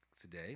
today